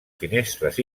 finestres